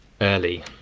early